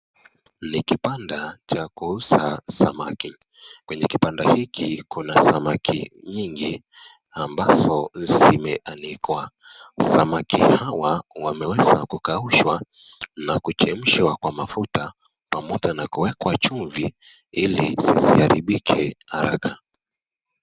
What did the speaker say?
NI kibanda cha kuuza samaki, kwenye kibanda hiki kuna samaki nyingi ambazo zimeanikwa. Samaki hawa wameweza kukaaushwa na kuchemshwa kwa mafuta pamoja na kuwekwa chumvi ili sizi haribike haraka.